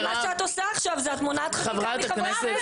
אבל מה שאת עושה עכשיו זה שאת מונעת חקיקה מחברי כנסת.